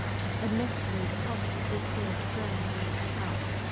admittedly, the property did feel strange in itself,